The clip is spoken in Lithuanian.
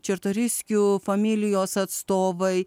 čartoriskių familijos atstovai